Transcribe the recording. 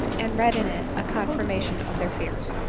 and read in it a confirmation of their fears.